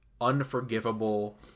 unforgivable